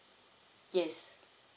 yes